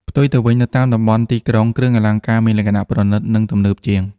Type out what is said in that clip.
ផ្ទុយទៅវិញ នៅតាមតំបន់ទីក្រុង គ្រឿងអលង្ការមានលក្ខណៈប្រណិត និងទំនើបជាង។